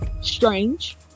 strange